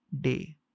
day